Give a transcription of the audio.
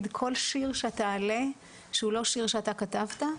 כל שיר שתעלה שהוא לא שיר שאתה כתבת,